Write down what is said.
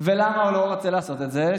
ולמה הוא לא רוצה לעשות את זה?